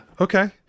okay